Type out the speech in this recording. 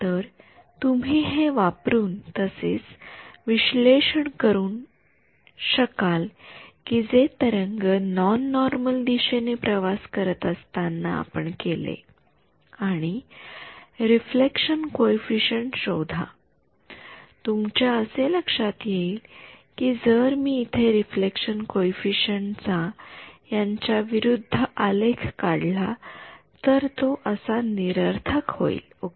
तर तुम्ही हे वापरून तसेच विश्लेषण करू शकाल जे तरंग नॉन नॉर्मल दिशेने प्रवास करत असताना आपण केले आणि रिफ्लेक्शन कॉइफिसिएंट शोधा तुमच्या असे लक्षात येईल कि जर मी इथे रिफ्लेक्शन कॉइफिसिएंट चा यांच्या विरुद्ध आलेख काढला तर तो असा निरर्थक होईल ओके